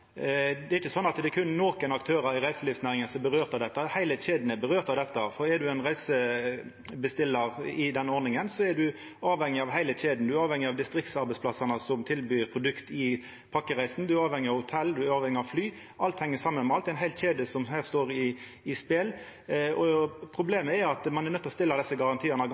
Det er ikkje slik at det berre er nokre aktørar i reiselivsnæringa som dette vedkjem, dette vedkjem heile kjeda. Er ein ein reisebestillar i den ordninga, er ein avhengig av heile kjeda, ein er avhengig av distriktsarbeidsplassane som tilbyr produkt i pakkereisa, ein er avhengig av hotell, ein er avhengig av fly. Alt heng saman med alt. Det er ei heil kjede som her står i spel. Problemet er at ein er nøydd til å stilla desse garantiane